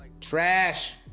Trash